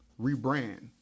rebrand